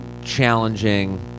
challenging